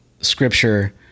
Scripture